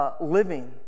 living